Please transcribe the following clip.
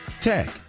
Tech